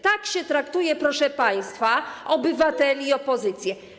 Tak się traktuje, proszę państwa, obywateli i opozycję.